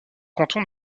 canton